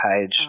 page